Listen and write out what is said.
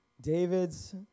David's